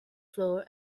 floor